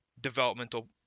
developmental